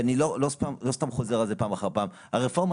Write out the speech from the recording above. אני לא סתם חוזר על זה פעם אחר פעם: הרפורמה